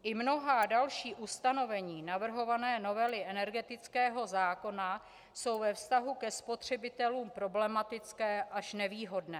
I mnohá další ustanovení navrhované novely energetického zákona jsou ve vztahu ke spotřebitelům problematická až nevýhodná.